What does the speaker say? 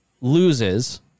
loses